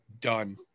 done